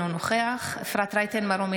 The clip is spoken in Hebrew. אינו נוכח אפרת רייטן מרום,